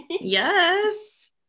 Yes